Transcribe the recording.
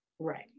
Right